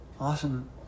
Awesome